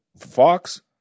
Fox